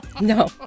No